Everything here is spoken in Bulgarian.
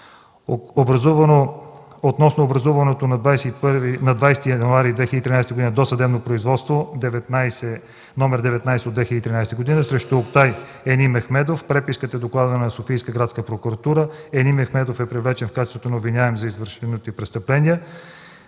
Относно образуваното на 20 януари 2013 г. досъдебно производство № 19/2013 г. срещу Октай Енимехмедов, преписката и докладът на Софийска градска прокуратура, Енимехмедов е привлечен в качеството на обвиняем за извършеното престъпление.